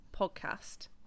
podcast